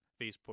facebook